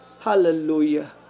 hallelujah